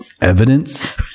evidence